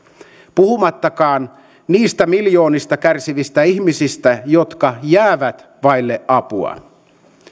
puhumattakaan niistä miljoonista kärsivistä ihmisistä jotka jäävät vaille apua